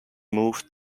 moved